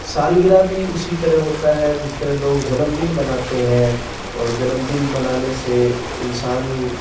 سالگرہ بھی اسی طرح ہوتا ہے جس طرح لوگ جنم دن مناتے ہیں اور جنم دن منانے سے انسان